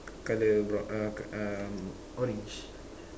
colored brow uh uh orange